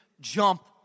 jump